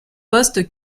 poste